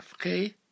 okay